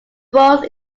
both